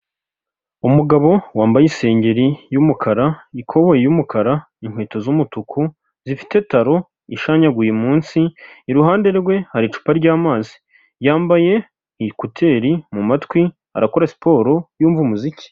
Umugabo wambaye isengeri y'umukara, ikoboyi y'umukara, inkweto z'umutuku, zifite taro ishanyaguye munsi, iruhande rwe hari icupa ry'amazi, yambaye ekuteri mu matwi, arakora siporo yumva umuziki.